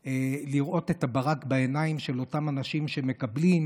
לראות את הברק בעיניים של אותם אנשים שמקבלים,